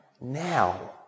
now